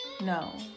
No